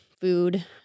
food